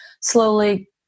slowly